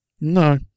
No